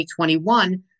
2021